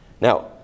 Now